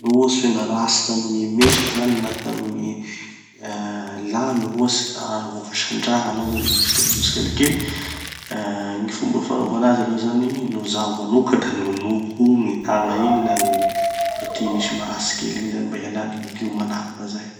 No ohatsy hoe naratsy tamy gny mesa zany na tamy gny lamy ohatsy na voakasikin-draha hanao zany da misy lio mijotso kelikely. Ah gny fomba fanaova anazy aloha zany, no zaho manoka, da nonoko gny tagna igny na gny partie misy maratsy kely igny zany mba hialan'ny gny lio malaky da zay.